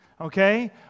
okay